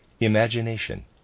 Imagination